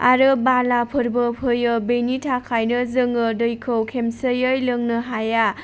आरो बालाफोरबो फैयो बेनि थाखायनो जोङो दैखौ खनसेयै लोंनो हाया